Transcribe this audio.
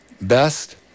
best